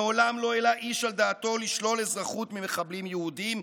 מעולם לא העלה איש על דעתו לשלול אזרחות ממחבלים יהודים,